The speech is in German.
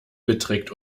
beträgt